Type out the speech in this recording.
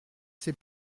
sait